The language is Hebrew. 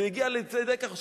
זה הגיע לידי כך,